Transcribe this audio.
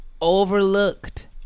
overlooked